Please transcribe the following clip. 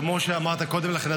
כמו שאמרת קודם לכן,